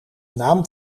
naam